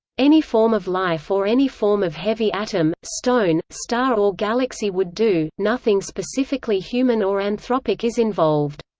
any form of life or any form of heavy atom, stone, star or galaxy would do nothing specifically human or anthropic is involved.